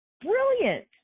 brilliant